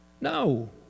No